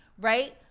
Right